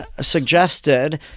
suggested